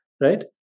right